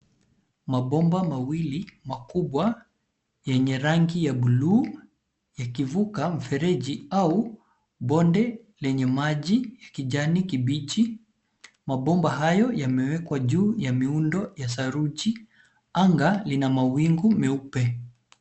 Mabomba mawili makubwa yenye rangi ya buluu yakivuka mfereji au bonde yenye maji la ya kijani kibichi. Mabomba hayo yamewekwa juu ya miundo ya saruji. Anga lina mawingu meupe.